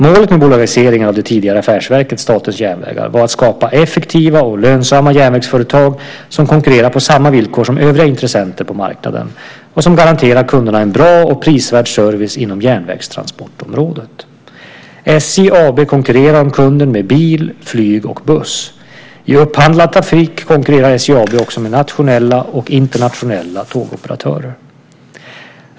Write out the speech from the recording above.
Målet med bolagiseringen av det tidigare affärsverket Statens järnvägar var att skapa effektiva och lönsamma järnvägsföretag som konkurrerar på samma villkor som övriga intressenter på marknaden och som garanterar kunderna en bra och prisvärd service inom järnvägstransportområdet. SJ AB konkurrerar om kunden med bil, flyg och buss. I upphandlad trafik konkurrerar SJ AB med nationella och internationella tågoperatörer.